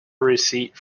receipt